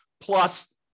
plus